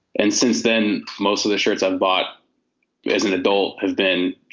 and since then, most of the shirts i bought as an adult have been.